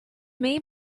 may